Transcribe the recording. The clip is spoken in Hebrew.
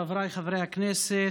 חבריי חברי הכנסת,